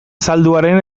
zalduaren